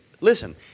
Listen